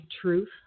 Truth